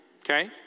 Okay